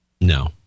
No